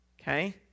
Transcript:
Okay